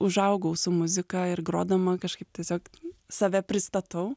užaugau su muzika ir grodama kažkaip tiesiog save pristatau